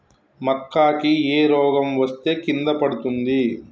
మక్కా కి ఏ రోగం వస్తే కింద పడుతుంది?